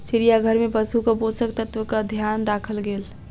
चिड़ियाघर में पशुक पोषक तत्वक ध्यान राखल गेल